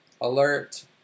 alert